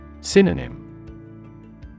Synonym